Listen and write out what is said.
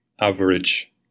average